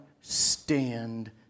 stand